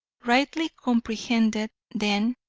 rightly comprehended, then,